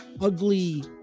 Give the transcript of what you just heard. ugly